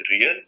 real